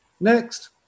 Next